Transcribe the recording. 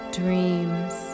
dreams